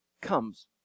comes